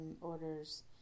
orders